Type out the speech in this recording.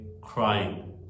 crying